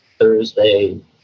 Thursday